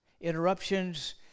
Interruptions